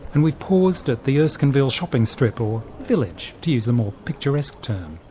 and we've paused at the erskineville shopping strip. or village to use the more picturesque term.